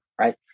Right